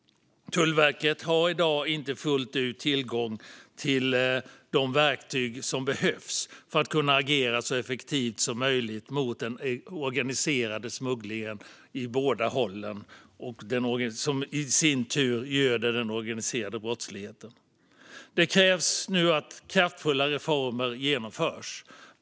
Tullverket har i dag inte fullt ut tillgång till de verktyg som behövs för att kunna agera så effektivt som möjligt mot den organiserade smugglingen, som i sin tur göder den organiserade brottsligheten. Det krävs nu att kraftfulla reformer genomförs.